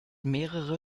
mehrere